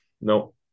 no